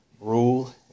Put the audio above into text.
rule